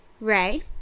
Ray